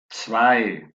zwei